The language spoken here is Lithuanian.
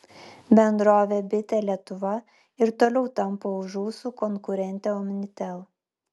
bendrovė bitė lietuva ir toliau tampo už ūsų konkurentę omnitel